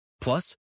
Plus